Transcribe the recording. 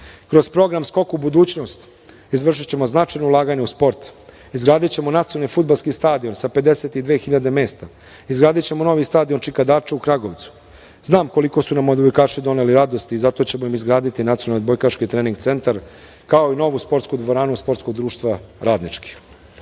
program „Skok u budućnost“ izvršićemo značajna ulaganja u sport, izgradićemo nacionalni fudbalski stadion sa 52 hiljade mesta, izgradićemo novi stadion Čika Dača u Kragujevcu. Znam koliko su nam odbojkaši doneli radosti i zato ćemo im izgraditi nacionalni odbojkaški trening centar, kao i novu sportsku dvoranu Sportskog društva